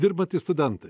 dirbantys studentai